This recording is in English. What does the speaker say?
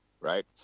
right